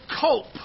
cope